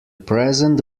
present